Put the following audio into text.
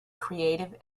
creative